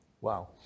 Wow